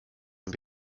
and